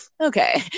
okay